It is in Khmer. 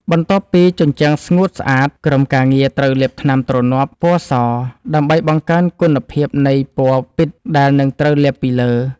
បន្ទាប់ពីជញ្ជាំងស្ងួតស្អាត ក្រុមការងារត្រូវលាបថ្នាំទ្រនាប់ ពណ៌ស ដើម្បីបង្កើនគុណភាពនៃពណ៌ពិតដែលនឹងត្រូវលាបពីលើ។